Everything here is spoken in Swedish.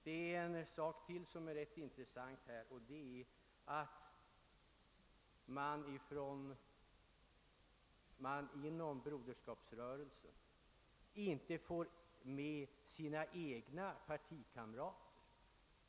Det är en sak till som är rätt intressant i detta sammanhang, och det är att man inom Broderskapsrörelsen inte får med sina egna partikamrater.